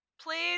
please